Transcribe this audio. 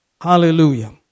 Hallelujah